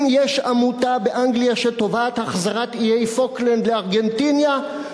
אם יש עמותה באנגליה שתובעת החזרת איי-פוקלנד לארגנטינה,